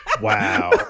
Wow